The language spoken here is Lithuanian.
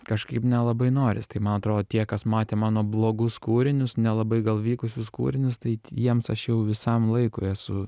kažkaip nelabai noris tai man atro tie kas matė mano blogus kūrinius nelabai gal vykusius kūrinius tai t jiems aš jau visam laikui esu